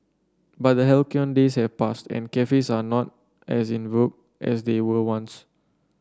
but the halcyon days have passed and cafes are not as in vogue as they were once